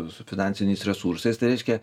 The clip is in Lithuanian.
su finansiniais resursais tai reiškia